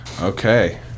Okay